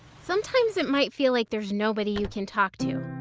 sometimes it might feel like there's nobody you can talk to.